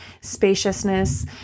spaciousness